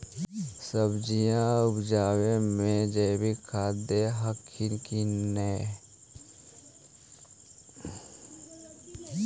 सब्जिया उपजाबे मे जैवीक खाद दे हखिन की नैय?